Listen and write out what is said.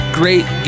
great